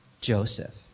Joseph